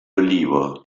olivo